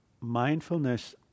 mindfulness